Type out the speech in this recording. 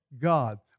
God